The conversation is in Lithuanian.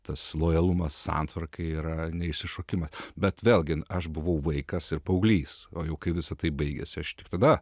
tas lojalumas santvarkai yra neišsišokimas bet vėlgi aš buvau vaikas ir paauglys o juk visa tai baigėsi aš tik tada